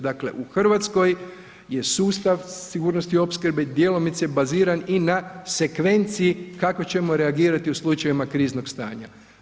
Dakle, u Hrvatskoj je sustav sigurnosti opskrbe djelomice baziran i na sekvenciji kako ćemo reagirati u slučajevima kriznog stanja.